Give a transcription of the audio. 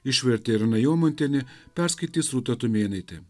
išvertė irena jomantienė perskaitys rūta tumėnaitė